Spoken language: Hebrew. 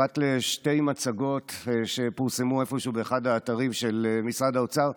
פרט לשתי מצגות שפורסמו איפשהו באחד האתרים של משרד האוצר,